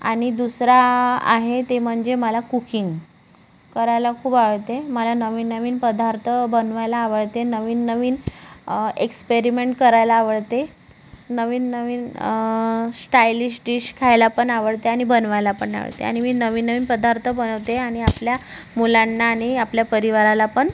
आणि दुसरा आहे ते म्हणजे मला कुकिंग करायला खूप आवडते मला नवीन नवीन पदार्थ बनवायला आवडते नवीन नवीन एक्स्पेरिमेंट करायला आवडते नवीन नवीन स्टायलिश डिश खायला पण आवडते आणि बनवायला पण आवडते आणि मी नवीन नवीन पदार्थ बनवते आणि आपल्या मुलांना आणि आपल्या परिवाराला पण